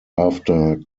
after